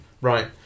right